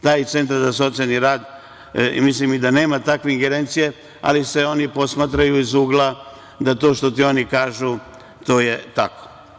Taj centar za socijalni rad mislim i da nema takve ingerencije, ali se oni posmatraju iz ugla da to što ti oni kažu, to je tako.